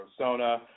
Arizona